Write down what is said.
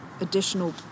additional